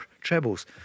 trebles